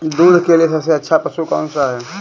दूध के लिए सबसे अच्छा पशु कौनसा है?